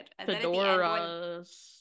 fedoras